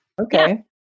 Okay